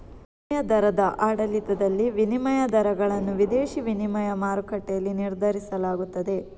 ವಿನಿಮಯ ದರದ ಆಡಳಿತದಲ್ಲಿ, ವಿನಿಮಯ ದರಗಳನ್ನು ವಿದೇಶಿ ವಿನಿಮಯ ಮಾರುಕಟ್ಟೆಯಲ್ಲಿ ನಿರ್ಧರಿಸಲಾಗುತ್ತದೆ